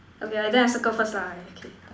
okay ah then I circle first lah okay